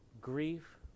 grief